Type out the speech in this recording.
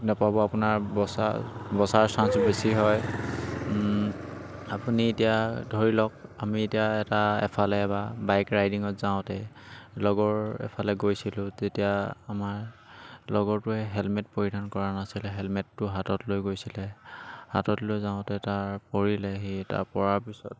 নেপাব আপোনাৰ বচা বচাৰ চাঞ্চ বেছি হয় আপুনি এতিয়া ধৰি লওক আমি এতিয়া এটা এফালে বা বাইক ৰাইডিঙত যাওঁতে লগৰ এফালে গৈছিলোঁ তেতিয়া আমাৰ লগৰটোৱে হেলমেট পৰিধান কৰা নাছিলে হেলমেটটো হাতত লৈ গৈছিলে হাতত লৈ যাওঁতে তাৰ পৰিলে সি তাৰ পৰা পিছত